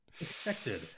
Expected